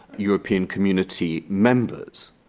european community members.